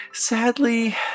Sadly